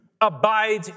abide